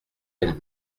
elle